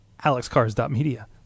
alexcars.media